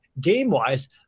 game-wise